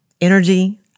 energy